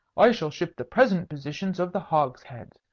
i shall shift the present positions of the hogsheads.